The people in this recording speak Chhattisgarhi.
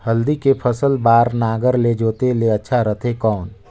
हल्दी के फसल बार नागर ले जोते ले अच्छा रथे कौन?